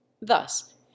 Thus